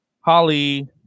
holly